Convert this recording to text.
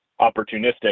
opportunistic